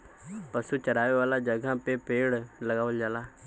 पशु चरावे वाला जगह पे पेड़ लगावल जाला